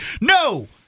No